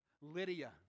Lydia